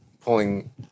pulling